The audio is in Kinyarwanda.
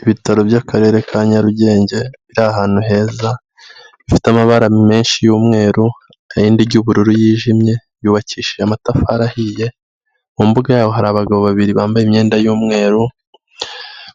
Ibitaro by'akarere ka Nyarugenge biri ahantu heza bifite amabara menshi y'umweru, irangi ry'ubururu ryijimye yubakishije amatafari ahiye, mu mbuga yabo hari abagabo babiri bambaye imyenda y'umweru,